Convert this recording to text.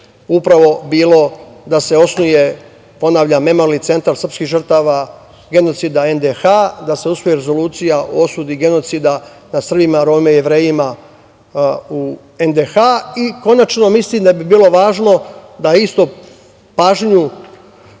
upravo bilo da se osnuje, ponavljam, memorijalni centar srpskih žrtava genocida NDH, da se usvoji rezolucija o osudi genocida nad Srbima, Romima i Jevrejima u NDH i konačno mislim da bi bilo važno da istu pažnju